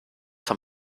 vom